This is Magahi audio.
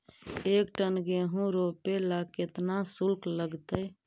एक टन गेहूं रोपेला केतना शुल्क लगतई?